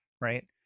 right